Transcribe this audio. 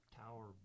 tower